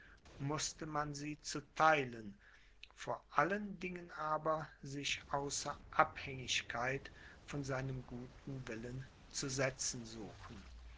mußte man sie zu theilen vor allen dingen aber sich außer abhängigkeit von seinem guten willen zu setzen suchen